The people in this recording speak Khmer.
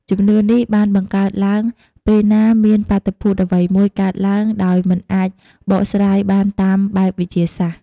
ជំនឿនេះបានបង្កើតឡើងពេលណាមានបាតុភូតអ្វីមួយកើតឡើងដោយមិនអាចបកស្រាយបានតាមបែបវិទ្យាសាស្ត្រ។